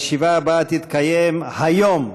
הישיבה הבאה תתקיים היום,